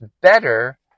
better